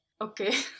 Okay